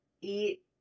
eat